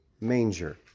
manger